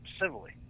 civilly